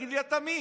תגיד לי אתה מי.